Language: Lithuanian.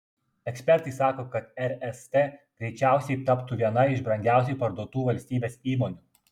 ekspertai sako kad rst greičiausiai taptų viena iš brangiausiai parduotų valstybės įmonių